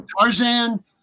Tarzan